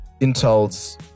Intel's